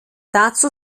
dazu